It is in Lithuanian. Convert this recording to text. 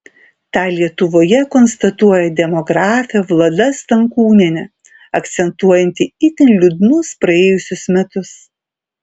tą lietuvoje konstatuoja demografė vlada stankūnienė akcentuojanti itin liūdnus praėjusius metus